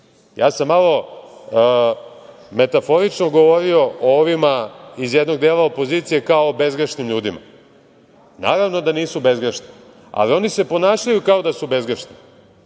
ja sam malo metaforično govorio o ovima iz jednog dela opozicije kao o bezgrešnim ljudima. Naravno da nisu bezgrešni, ali oni se ponašaju kao da su bezgrešni.